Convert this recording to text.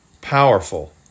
powerful